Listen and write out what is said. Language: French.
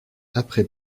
après